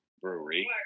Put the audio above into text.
Brewery